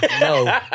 no